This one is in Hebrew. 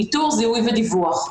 איתור זיהוי ודיווח.